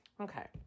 Okay